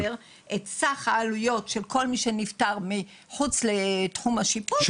את סך העלויות של כל מי שנפטר מחוץ לתחום השיפוט,